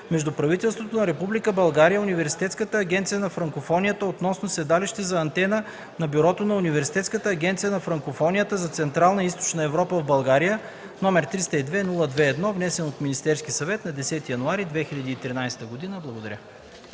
между правителството на Република България и Университетската агенция на Франкофонията относно седалище за Антена на Бюрото на Университетската агенция на Франкофонията за Централна и Източна Европа в България, № 302-02-1, внесен от Министерския съвет на 10 януари 2013 г.” Благодаря.